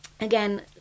Again